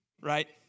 right